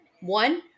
one